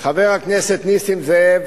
חבר הכנסת נסים זאב,